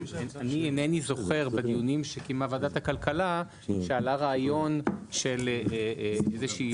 אני אינני זוכר בדיונים שקיימה ועדת הכלכלה שעלה רעיון של איזושהי